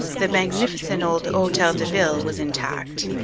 the magnificent old hotel de ville was intact,